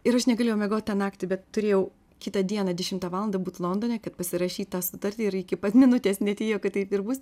ir aš negalėjau miegot tą naktį bet turėjau kitą dieną dešimtą valandą būt londone kad pasirašyt tą sutartį ir iki pat minutės netikėjau kad taip ir bus